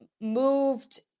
moved